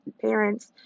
parents